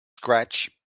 scratch